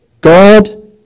God